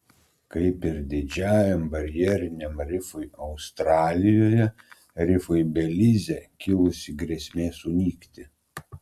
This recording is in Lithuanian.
kaip ir didžiajam barjeriniam rifui australijoje rifui belize kilusi grėsmė sunykti